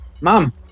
Mom